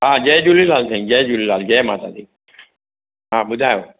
हा जय झूलेलाल साईं जय झूलेलाल जय माता दी हा ॿुधायो